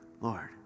Lord